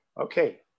okay